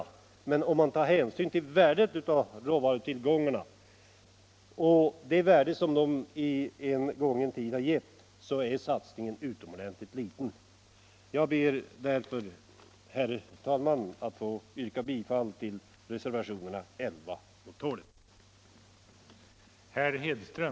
Om hänsyn tas till värdet av råvarutillgångarna och vad de i en gången tid har gett är den satsningen utomordentligt liten. Jag ber därför, herr talman, att få yrka bifall till reservationerna 11 och 12.